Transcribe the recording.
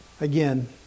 Again